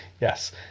Yes